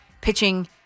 pitching